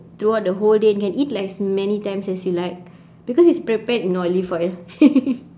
throughout the whole day and you can eat like as many times as you like because it's prepared in olive oil